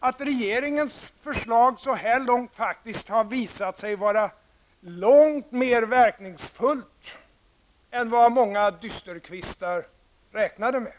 En förklaring kan vara att regeringens förslag så här långt har visat sig vara mycket verkningsfullare än vad många dysterkvistar räknade med.